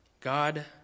God